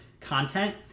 content